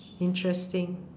interesting